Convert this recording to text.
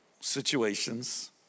situations